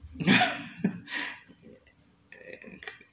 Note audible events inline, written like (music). (laughs)